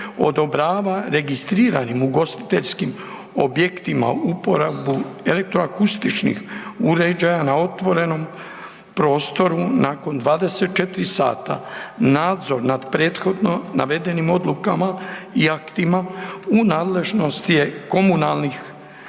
odobrava registriranim obiteljskim objektima uporabu elektroakustičkih uređaja na otvorenom prostoru nakon 24 sata, nadzor nad prethodno navedenim odlukama i aktima u nadležnosti je komunalnih